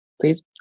please